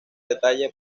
detalle